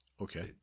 Okay